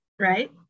right